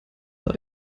der